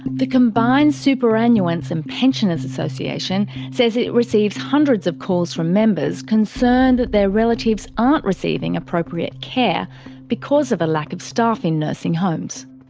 the combined superannuants and pensioners' association says it receives hundreds of calls from members concerned that their relatives aren't receiving appropriate care because of a lack of staff in nursing homes.